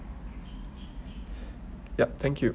yup thank you